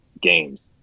games